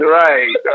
right